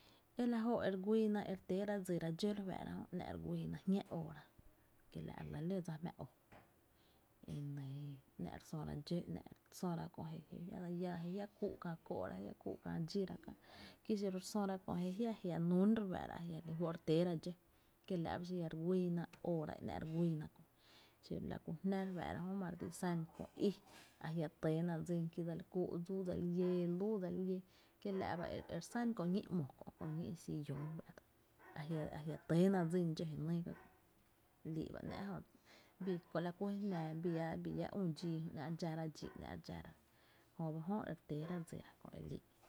E la jóó’ e re güíi ná e re tééra dsira dxó re fáá’ra jö ‘nⱥ’ re güiina e nɇ jñá óora ki la’ re lɇ ló dsa jmáá óo e nɇɇ ‘nⱥ’ re söra dxó ‘nⱥ’ re söra köö je je jia’ dse lláa jé jia’ kúú’ kää kóó’ ra je jia’ kúú’ kää dxíra kää, kí xiro re söra kö je jia’, jia’ nún re fⱥⱥ’ra a jia’ re lí fó’ re tééra dxó’ kiela’ ba xi jia’ re lí fó’ re güiina óóra e ‘ná’ re güíina xiro la ku jná re fára ma re ti sá’ köö í a jia’ tɇɇna dsín ki dse li kúú lúu dse li lléé lüü dse li, kiela’ ba e re san kö ñí’ ‘mo kö’ köö ñí’ sillón fátá’, a jia’ tɇɇna dxó dsín jenyy kö’ e li’ ba ‘nⱥ’ jö, e kie’ la ku je jnaa, bi llá üü’ dxii ‘nⱥ’ re dxára dxí ‘nⱥ’ re dxⱥra jö ba jö e re tɇɇna dsira kó e li